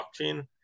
blockchain